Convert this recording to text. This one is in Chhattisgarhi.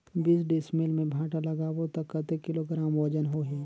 बीस डिसमिल मे भांटा लगाबो ता कतेक किलोग्राम वजन होही?